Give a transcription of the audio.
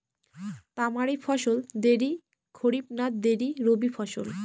তামারি ফসল দেরী খরিফ না দেরী রবি ফসল?